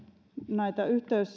näitä